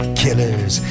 killers